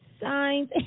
signs